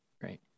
Great